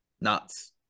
nuts